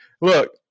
look